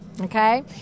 Okay